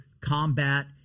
combat